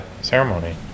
ceremony